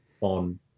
on